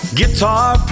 Guitar